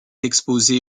exposés